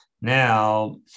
now